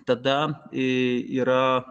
tada yra